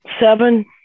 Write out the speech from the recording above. Seven